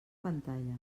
pantalla